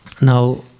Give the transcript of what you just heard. now